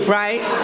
right